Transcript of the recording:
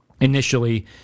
initially